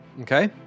Okay